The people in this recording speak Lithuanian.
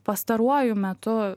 pastaruoju metu